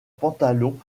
pantalon